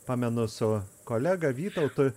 pamenu su kolega vytautu